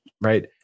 right